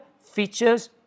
features